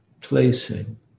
placing